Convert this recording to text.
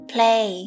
Play